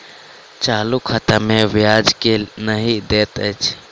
चालू खाता मे ब्याज केल नहि दैत अछि